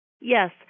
Yes